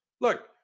look